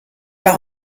pas